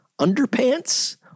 underpants